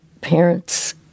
parents